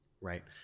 right